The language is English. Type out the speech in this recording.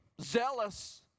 zealous